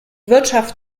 wirtschaft